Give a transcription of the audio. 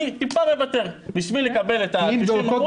אני טיפה מוותר, בשביל לקבל את ה-90%.